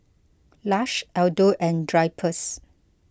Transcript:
Lush Aldo and Drypers